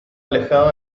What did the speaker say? alejado